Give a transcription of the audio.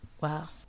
Wow